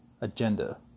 agenda